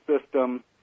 system